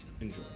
enjoy